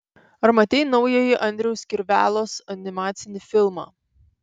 ar matei naująjį andriaus kirvelos animacinį filmą